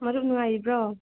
ꯃꯔꯨꯞ ꯅꯨꯡꯉꯥꯏꯔꯤꯕ꯭ꯔꯣ